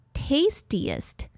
tastiest